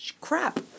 crap